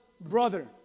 brother